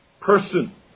person